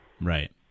Right